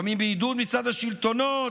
לפעמים בעידוד מצד השלטונות,